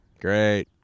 Great